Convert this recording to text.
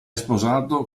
sposato